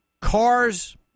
cars